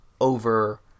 over